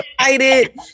excited